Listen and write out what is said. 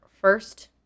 first